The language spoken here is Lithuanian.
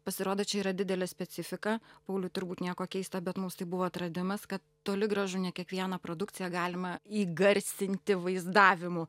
pasirodo čia yra didelė specifika pauliui turbūt nieko keista bet mums tai buvo atradimas kad toli gražu ne kiekvieną produkciją galima įgarsinti vaizdavimu